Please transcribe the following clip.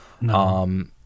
No